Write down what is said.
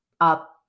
up